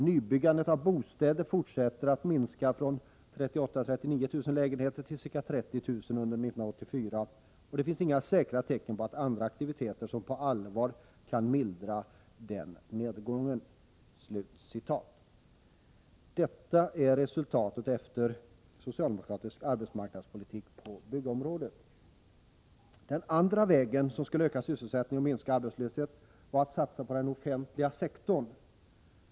Nybyggandet av bostäder fortsätter att minska från 38000-39000 lägenheter till ca 30 000 under 1984 och det finns inga säkra tecken på andra aktiviteter som på allvar kan mildra den nedgången.” Detta är resultatet efter socialdemokratisk arbetsmarknadspolitik på byggområdet! Den andra väg som skulle öka sysselsättningen och minska arbetslösheten var att satsa på den offentliga sektorn.